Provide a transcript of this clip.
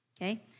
okay